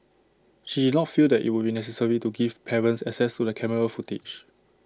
she did not feel that IT would be necessary to give parents access to the camera footage